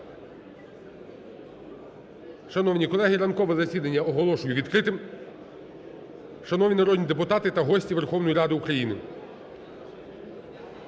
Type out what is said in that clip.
Шановні колеги, ранкове засідання оголошую відкритим. Шановні народні депутати та гості Верховної Ради України!